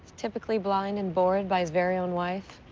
typically blind and bored by his very own wife,